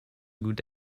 good